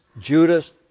Judas